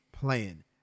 playing